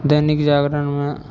दैनिक जागरणमे